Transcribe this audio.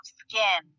skin